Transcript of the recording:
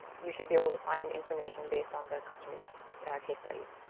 you should be able to find information based on the customer case studies.